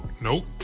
Nope